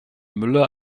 müller